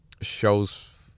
shows